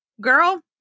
girl